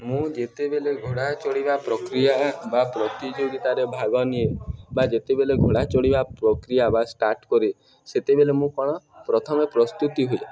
ମୁଁ ଯେତେବେଳେ ଘୋଡ଼ା ଚଢ଼ିବା ପ୍ରକ୍ରିୟା ବା ପ୍ରତିଯୋଗିତାରେ ଭାଗ ନିଏ ବା ଯେତେବେଳେ ଘୋଡ଼ା ଚଢ଼ିବା ପ୍ରକ୍ରିୟା ବା ଷ୍ଟାର୍ଟ କରେ ସେତେବେଳେ ମୁଁ କ'ଣ ପ୍ରଥମେ ପ୍ରସ୍ତୁତି ହୁଏ